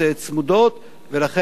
ולכן נצטרך לתת פתרון,